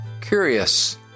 curious